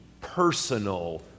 personal